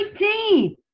19